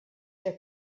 der